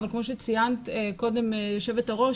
אבל כמו שציינת קודם יושבת הראש,